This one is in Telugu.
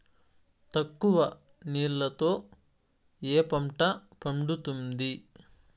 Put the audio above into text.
తక్కువ నీళ్లతో ఏ పంట పండుతుంది?